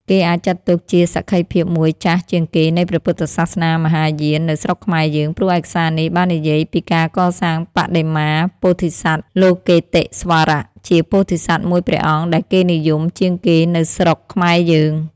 គេអាចចាត់ទុកជាសក្ខីភាពមួយចាស់ជាងគេនៃព្រះពុទ្ធសាសនាមហាយាននៅស្រុកខ្មែរយើង ព្រោះឯកសារនេះបាននិយាយពីការកសាងបដិមាពោធិសត្វលោកិតេស្វរៈជាពោធិសត្វមួយព្រះអង្គដែលគេនិយមជាងគេនៅស្រុកខ្មែរយើង។